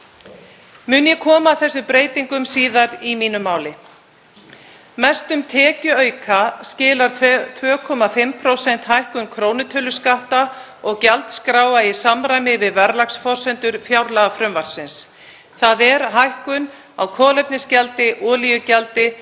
Mun ég koma að þessum breytingum síðar í mínu máli. Mestum tekjuauka skilar 2,5% hækkun krónutöluskatta og gjaldskráa í samræmi við verðlagsforsendur fjárlagafrumvarpsins, þ.e. hækkun á kolefnisgjaldi, olíugjaldi,